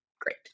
great